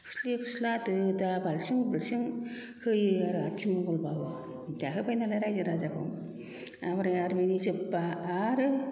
खोस्लि खोस्ला दो दा बाल्थिं बुल्थिं होयो आरो आथिमंगल बाबो जाहोबाय नालाय रायजो राजाखौ ओमफ्राय आरो बेनि जोब्बा आरो